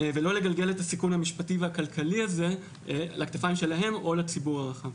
ולא לגלגל את הסיכון המשפטי והכלכלי הזה לכתפיים שלהם או לציבור הרחב.